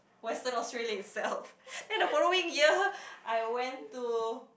western Australia itself then the following year I went to